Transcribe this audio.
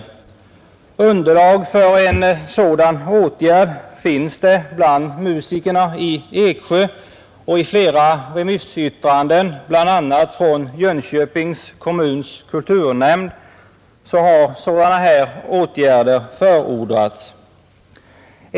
Underlag för en sådan åtgärd finns bland musikerna i Eksjö. I flera remissyttranden, bl.a. från Jönköpings kommuns kulturnämnd, förordas en sådan åtgärd.